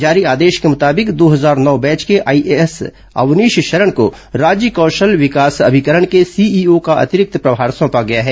जारी आदेश के मुताबिक दो हजार नौ बैच के आईएएस अवनीश शरण को राज्य कौशल विकास अभिकरण के सीईओ का अतिरिक्त प्रभार सौंपा गया है